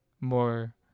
more